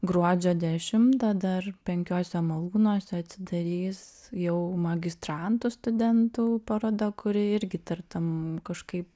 gruodžio dešimtą dar penkiuose malūnuose atsidarys jau magistrantų studentų paroda kuri irgi tartum kažkaip